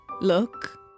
look